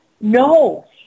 no